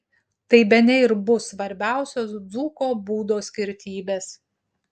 tai bene ir bus svarbiausios dzūko būdo skirtybės